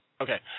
Okay